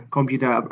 Computer